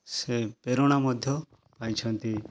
ସେ ପ୍ରେରଣା ମଧ୍ୟ ପାଇଛନ୍ତି